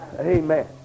Amen